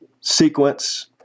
sequence